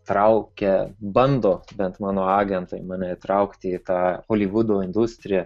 traukia bando bent mano agentai mane įtraukti į tą holivudo industriją